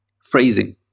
phrasing